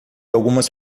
algumas